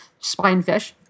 spinefish